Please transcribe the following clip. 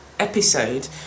episode